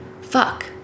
fuck